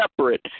separate